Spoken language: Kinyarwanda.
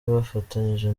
bafatanyije